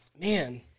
Man